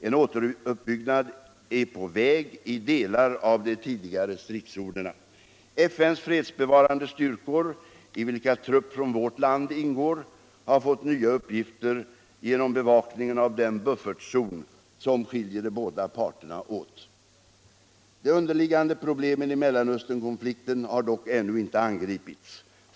En återuppbyggnad är på väg i delar av de tidigare stridszonerna. FN:s fredsbevarande styrkor, i vilka trupp från vårt land ingår, har fått nya uppgifter genom bevakningen av den buffertzon som skiljer de båda parterna åt. De underliggande problemen och valutapolitisk debatt i Mellanösternkonflikten har dock ännu inte angripits.